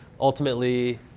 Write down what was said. ultimately